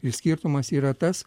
ir skirtumas yra tas